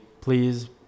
please